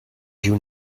you